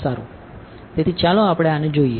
સારું તેથી ચાલો આપડે આને જોઈએ